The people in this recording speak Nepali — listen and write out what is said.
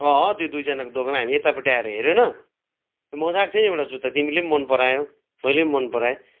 अँ त्यो दुईजनाको दोकान हामीले यतापट्टि आएर हेरेन मजाको थियो नि एउटा जुत्ता तिमीले पनि मन परायौ मैले पनि मन पराएँ